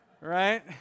Right